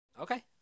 Okay